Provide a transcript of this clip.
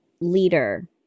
leader